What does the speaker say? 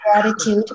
gratitude